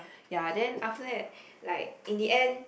ya then after that like in the end